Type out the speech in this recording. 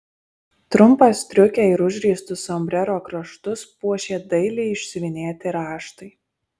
trumpą striukę ir užriestus sombrero kraštus puošė dailiai išsiuvinėti raštai